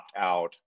out